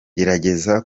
gerageza